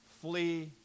flee